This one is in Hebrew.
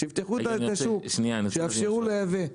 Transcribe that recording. שיפתחו את השוק, שיאפשרו לייבא.